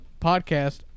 podcast